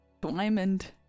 Diamond